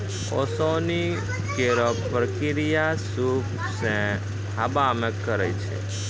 ओसौनी केरो प्रक्रिया सूप सें हवा मे करै छै